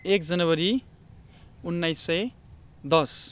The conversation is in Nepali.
एक जनवरी उन्नाइस सय दस